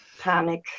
Panic